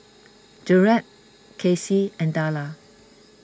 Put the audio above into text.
Gerald Kassie and Darla